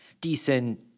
decent